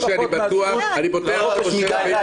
לא פחות מהזכות לחופש מדת.